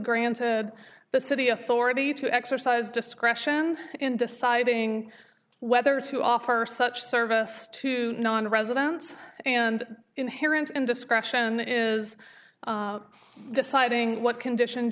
granted the city authority to exercise discretion in deciding whether to offer such services to nonresidents and inherent in discretion is deciding what conditions